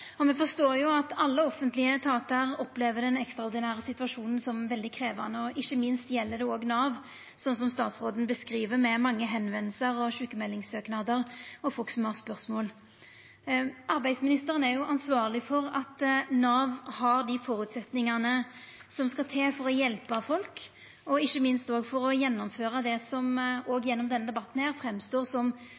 Me forstår jo at alle offentlege etatar opplever den ekstraordinære situasjonen som veldig krevjande. Ikkje minst gjeld det Nav, slik som statsråden beskriv det, med mange førespurnader, sjukmeldingssøknader og folk som har spørsmål. Arbeidsministeren er ansvarleg for at Nav har dei føresetnadene som skal til for å hjelpa folk, og ikkje minst for å gjennomføra det som også gjennom denne debatten står fram som